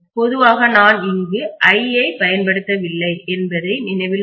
பொதுவாக நான் இங்கு i பயன்படுத்தவில்லை என்பதை நினைவில் கொள்க